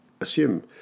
assume